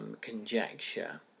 conjecture